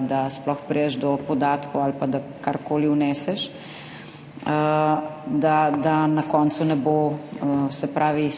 da sploh prideš do podatkov ali pa da karkoli vneseš, da na koncu ne bo, se pravi,